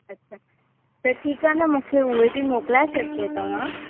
अच्छा त ठीकु आहे न मूंखे उहे बि मोकलाए छॾिजो तव्हां